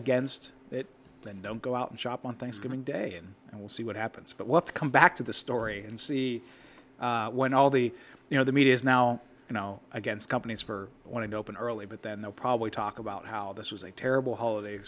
against it then don't go out and shop on thanksgiving day and we'll see what happens but let's come back to the story and see when all the you know the media is now you know against companies for wanting to open early but then they'll probably talk about how this was a terrible holiday